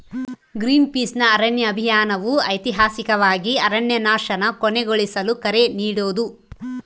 ಗ್ರೀನ್ಪೀಸ್ನ ಅರಣ್ಯ ಅಭಿಯಾನವು ಐತಿಹಾಸಿಕವಾಗಿ ಅರಣ್ಯನಾಶನ ಕೊನೆಗೊಳಿಸಲು ಕರೆ ನೀಡೋದು